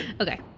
Okay